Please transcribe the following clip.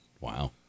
Wow